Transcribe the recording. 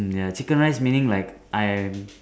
ya chicken rice meaning like I am